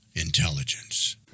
Intelligence